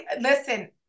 listen